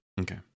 okay